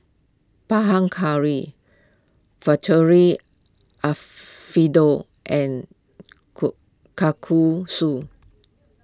Panang Curry Alfredo and Kalguksu